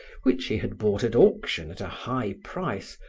which he had bought at auction at a high price,